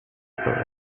everybody